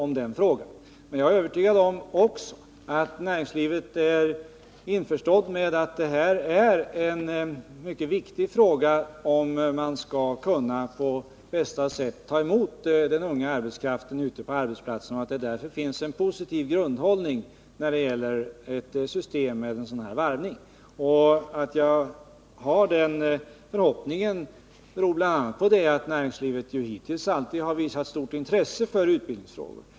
Men jag är övertygad om att näringslivet inser att detta är en mycket viktig fråga, om hur man på bästa sätt skall kunna ta emot den unga arbetskraften ute på arbetsplatserna, och att det därför finns en positiv grundinställning när det gäller ett system med sådan här varvning. Att jag har den förhoppningen beror bl.a. på att näringslivet hittills alltid har visat stort intresse för utbildningsfrågor.